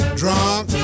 drunk